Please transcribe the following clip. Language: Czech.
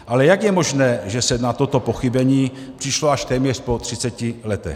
Ale jak je možné, že se na toto pochybení přišlo až po téměř 30 letech?